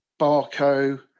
Barco